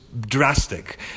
drastic